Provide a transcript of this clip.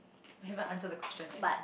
you haven't answered the question yet